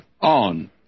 on